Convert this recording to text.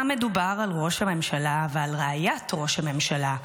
מדובר על ראש הממשלה ועל רעיית ראש הממשלה,